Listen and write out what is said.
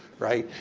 right,